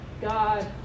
God